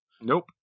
Nope